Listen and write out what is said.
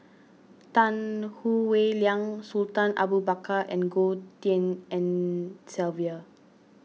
Tan Howe Liang Sultan Abu Bakar and Goh Tshin En Sylvia